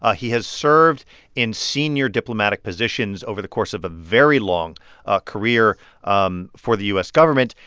ah he has served in senior diplomatic positions over the course of a very long ah career um for the u s. government.